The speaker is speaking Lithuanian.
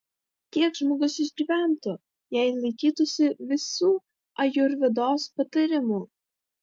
kiek žmogus išgyventų jei laikytųsi visų ajurvedos patarimų